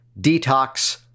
detox